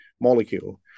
molecule